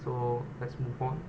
so let's move on